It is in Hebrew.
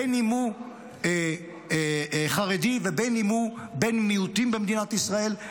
בין שהוא חרדי ובין שהוא בן מיעוטים במדינת ישראל,